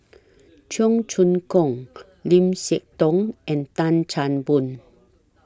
Cheong Choong Kong Lim Siah Tong and Tan Chan Boon